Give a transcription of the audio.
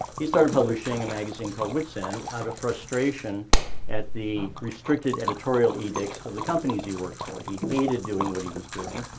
he started publishing a magazine called witzend out of frustration at the restricted editorial edicts of the companies he worked for. he hated doing what he was doing.